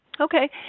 Okay